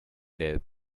death